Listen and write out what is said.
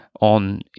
on